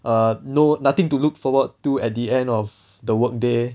err no nothing to look forward to at the end of the work day